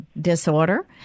disorder